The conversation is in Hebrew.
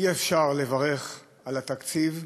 אי-אפשר לברך על התקציב,